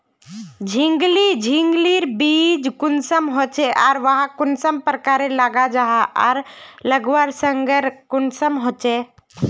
झिंगली झिंग लिर बीज कुंसम होचे आर वाहक कुंसम प्रकारेर लगा जाहा आर लगवार संगकर कुंसम होचे?